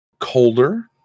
Colder